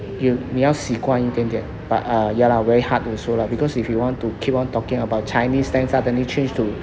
you 你要习惯一点点 but ah ya lah very hard also lah because if you want to keep on talking about chinese then suddenly change to